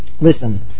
Listen